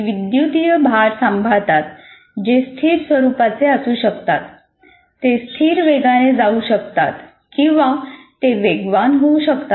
ते विद्युतीय भार सांभाळतात जे स्थिर स्वरुपाचे असू शकतात ते स्थिर वेगाने जाऊ शकतात किंवा ते वेगवान होऊ शकतात